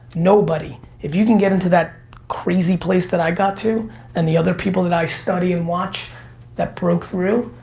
nobody. if you can get into that crazy place that i got to and the other people that i study and watch that broke through,